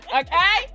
okay